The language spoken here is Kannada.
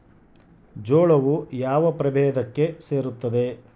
ಜೋಳವು ಯಾವ ಪ್ರಭೇದಕ್ಕೆ ಸೇರುತ್ತದೆ?